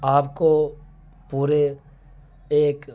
آپ کو پورے ایک